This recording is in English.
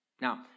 Now